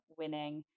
winning